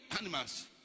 animals